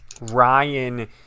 ryan